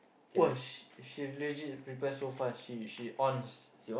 !wah! she she legit reply so fast she she on